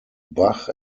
bach